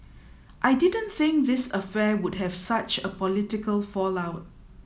I didn't think this affair would have such a political fallout